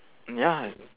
mm ya